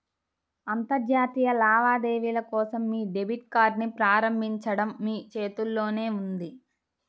అంతర్జాతీయ లావాదేవీల కోసం మీ డెబిట్ కార్డ్ని ప్రారంభించడం మీ చేతుల్లోనే ఉంది